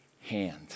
hand